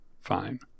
fine